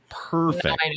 Perfect